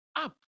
up